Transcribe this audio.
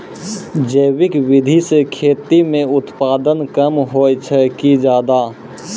जैविक विधि से खेती म उत्पादन कम होय छै कि ज्यादा?